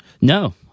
No